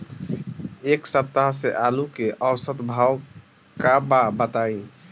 एक सप्ताह से आलू के औसत भाव का बा बताई?